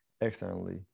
externally